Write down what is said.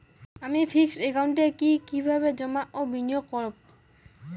আমি ফিক্সড একাউন্টে কি কিভাবে জমা ও বিনিয়োগ করব?